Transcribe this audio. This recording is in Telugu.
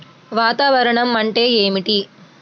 వాతావరణం అంటే ఏమిటి?